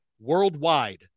worldwide